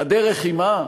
והדרך היא מה?